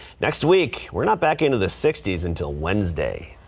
next week we're not back into the sixty s until wednesday.